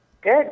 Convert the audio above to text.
Good